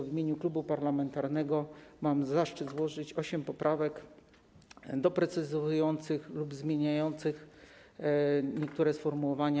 W imieniu klubu parlamentarnego mam zaszczyt złożyć osiem poprawek doprecyzowujących lub zmieniających niektóre sformułowania.